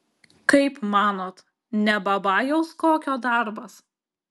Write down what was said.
kaip manot ne babajaus kokio darbas